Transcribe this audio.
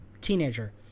teenager